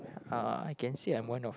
uh I can say I'm one of